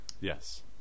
yes